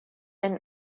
and